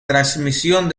transmisión